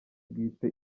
bwite